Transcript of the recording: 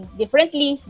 differently